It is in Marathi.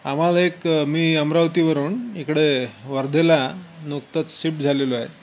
आम्हाला एक मी अमरावतीवरून इकडे वर्धेला नुकतच शिफ्ट झालेलो आहे